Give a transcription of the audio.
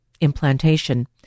implantation